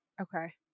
Okay